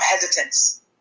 hesitance